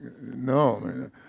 no